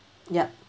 yup